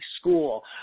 school